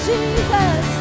Jesus